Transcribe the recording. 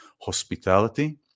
hospitality